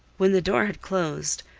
when the door had closed,